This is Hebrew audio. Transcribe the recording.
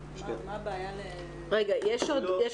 אף מדינה, דרך